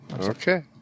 Okay